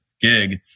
gig